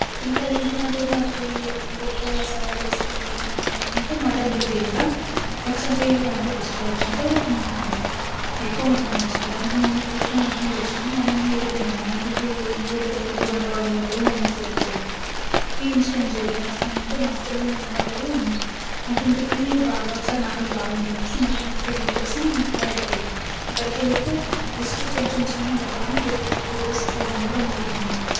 ఇంకా దీంతోపాటు నాకు గొప్పగా సవాలు విసిరింది ఏదైనా ఉందంటే మటన్ పీకిల్ కూడా ఒకసారి మా ఇంట్లో ఫెస్టివల్ వచ్చినప్పుడు ఎక్కువ మటన్ తెచ్చినారు దానికన్నా ముందు ఎక్కువ మటన్ తెచ్చినారు మా మమ్మీని నేర్పిమన్నా ఎందుకు నేర్పిమంటావు అన్ని వంటలు అని మా మమ్మీ చిరాకు పడింది ఈ ఇన్సిడెంట్ చెప్పిన ఎట్లా అంటే నేను హాస్టల్లో ఉన్నప్పుడు బాగా మటన్ పికిల్ బాగా నాన్వేజ్ బాగా తినాలనిపిస్తే మటన్ పికిల్ కోసం బయటికి వెళ్లిన అక్కడికి వెళితే జస్ట్ కొంచెం చిన్న డబ్బానే two fifty rupees three hundred అని చెప్పినారు అని అన్నా